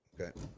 Okay